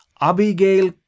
Abigail